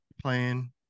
playing